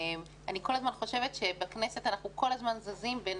אני כל הזמן חושבת שבכנסת אנחנו כל הזמן זזים בין